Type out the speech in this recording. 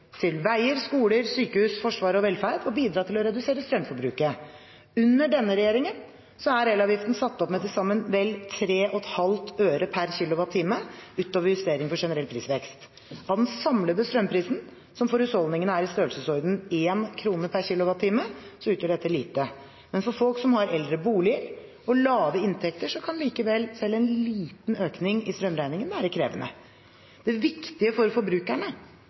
til veier, skoler, sykehus, forsvar og velferd og bidra til å redusere strømforbruket. Under denne regjeringen er elavgiften satt opp med til sammen vel 3,5 øre per kilowattime, ut over justering for generell prisvekst. Av den samlede strømprisen, som for husholdningene er i størrelsesorden 1 kr per kilowattime, utgjør dette lite, men for folk som har eldre boliger og lave inntekter, kan likevel selv en liten økning i strømregningen være krevende. Det viktige for forbrukerne